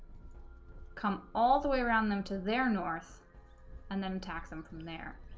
come all the way around them to their north and then attack them from there